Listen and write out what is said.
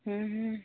ହୁଁ ହୁଁ